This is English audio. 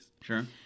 Sure